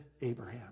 Abraham